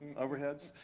overheads.